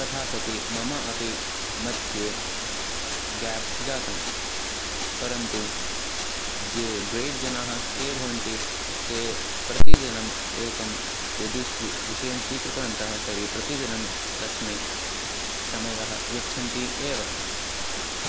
तथा सति मम अपि मध्ये ग्याप् जातं परन्तु ये ग्रेट् जनाः के भवन्ति ते प्रतिदिनम् एकं यदि स्वि विषयं स्वीकृतवन्तः तर्हि प्रतिदिनं तस्मै समयः यच्छन्ति एव